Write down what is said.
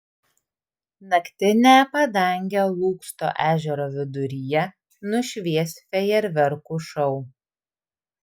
naktinę padangę lūksto ežero viduryje nušvies fejerverkų šou